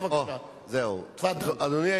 בבקשה, תפאדל.